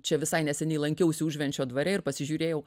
čia visai neseniai lankiausi užvenčio dvare ir pasižiūrėjau